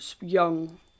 young